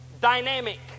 dynamic